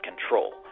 control